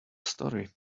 story